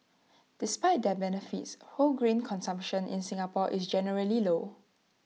despite their benefits whole grain consumption in Singapore is generally low